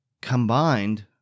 Combined